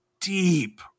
deep